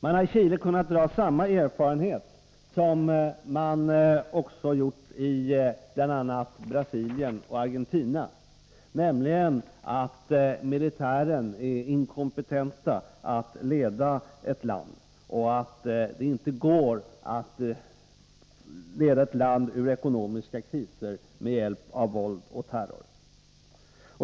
Man har i Chile kunnat göra samma erfarenhet som man gjort i bl.a. Brasilien och Argentina, nämligen att militären är inkompetent att leda ett land och att det inte går att leda ett land ur ekonomiska kriser med hjälp av våld och terror.